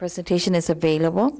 presentation is available